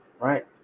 right